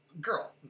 girl